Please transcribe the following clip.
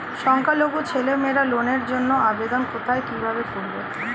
সংখ্যালঘু ছেলেমেয়েরা লোনের জন্য আবেদন কোথায় কিভাবে করবে?